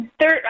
third